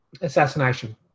assassination